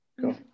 Go